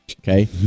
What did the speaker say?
Okay